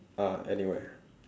uh anywhere